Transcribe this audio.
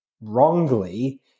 wrongly